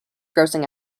grossing